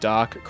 Dark